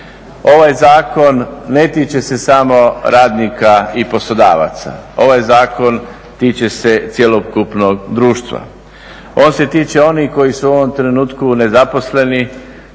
Ovaj Zakon ne tiče se samo radnika i poslodavaca, ovaj Zakon tiče se cjelokupnog društva. On se tiče onih koji su u ovom trenutku nezaposleni,